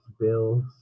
bills